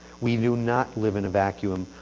we do not live in a vacuum.